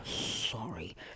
sorry